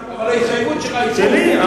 אבל ההתחייבות שלך פה היא פומבית, על הבמה.